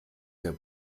der